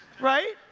right